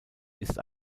ist